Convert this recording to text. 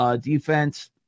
Defense